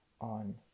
on